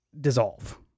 dissolve